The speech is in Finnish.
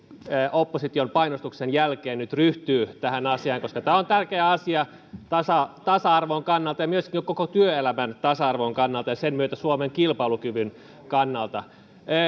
opposition painostuksen jälkeen nyt ryhtyy tähän asiaan koska tämä on tärkeä asia tasa tasa arvon kannalta ja myöskin koko työelämän tasa arvon kannalta ja sen myötä suomen kilpailukyvyn kannalta